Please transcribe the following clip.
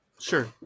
Sure